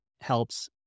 helps